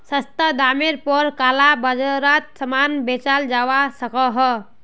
सस्ता डामर पोर काला बाजारोत सामान बेचाल जवा सकोह